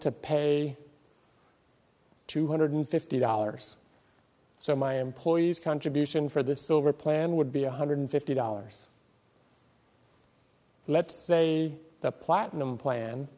to pay two hundred fifty dollars so my employees contribution for this silver plan would be one hundred fifty dollars let's say the platinum plan